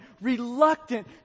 reluctant